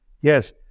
Yes